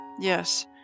Yes